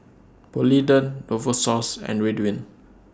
Polident Novosource and Ridwind